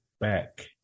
back